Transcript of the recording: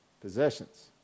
possessions